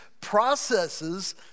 processes